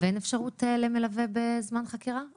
ואין אפשרות למלווֶה, או מלווָה בזמן חקירה?